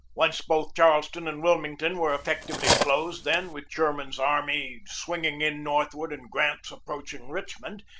once both charleston and wilmington were effectually closed, then, with sherman's army swinging in northward and grant's approaching richmond,